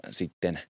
sitten